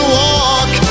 walk